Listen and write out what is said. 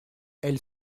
elle